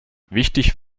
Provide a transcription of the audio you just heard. wichtig